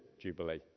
Jubilee